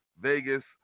Vegas